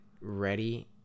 ready –